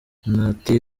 ati